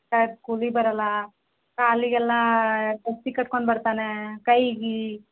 correct ಸ್ಕೂಲಿಗೆ ಬರಲ್ಲ ಹಾಂ ಅಲ್ಲಿಗೆಲ್ಲಾ ದೋಸ್ತಿ ಕಟ್ಕೊಂಡು ಬರ್ತಾನೆ ಕೈಗೆ